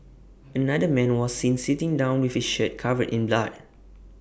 another man was seen sitting down with his shirt covered in blood